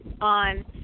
on